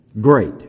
great